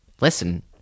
listen